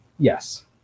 Yes